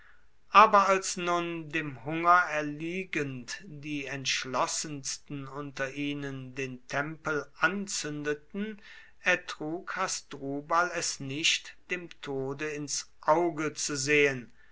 aber als nun dem hunger erliegend die entschlossensten unter ihnen den tempel anzündeten ertrug hasdrubal es nicht dem tode ins auge zu sehen